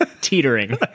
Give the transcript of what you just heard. Teetering